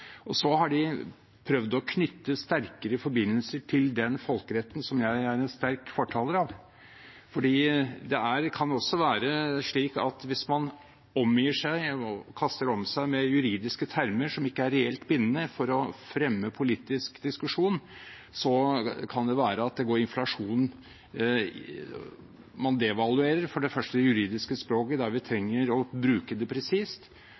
og så har de prøvd å knytte sterkere forbindelser til den folkeretten som jeg er en sterk fortaler av. For det kan også være slik at hvis man omgir seg med og kaster om seg med juridiske termer som ikke er reelt bindende for å fremme politisk diskusjon, kan det være at det går inflasjon. Man devaluerer for det første det juridiske språket, der vi trenger å bruke det presist,